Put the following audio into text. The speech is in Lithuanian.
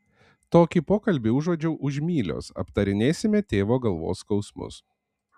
tokį pokalbį užuodžiu už mylios aptarinėsime tėvo galvos skausmus